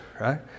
right